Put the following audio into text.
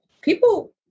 People